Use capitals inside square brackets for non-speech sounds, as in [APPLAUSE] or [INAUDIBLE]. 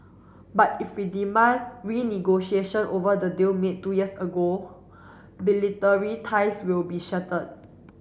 but if we demand renegotiation over the deal made two years ago [UNINTELLIGIBLE] ties will be shattered